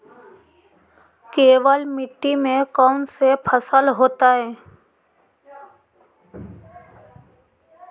केवल मिट्टी में कौन से फसल होतै?